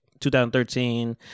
2013